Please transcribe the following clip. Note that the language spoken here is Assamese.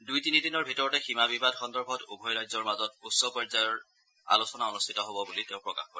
দুই তিনিদিনৰ ভিতৰতে সীমা বিবাদ সন্দৰ্ভত উভয় ৰাজ্যৰ মাজত উচ্চ পৰ্য়াযৰ অনুষ্ঠিত হ'ব বুলি তেওঁ প্ৰকাশ কৰে